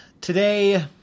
today